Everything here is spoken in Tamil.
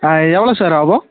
ஆ எவ்வளோ சார் ஆகும்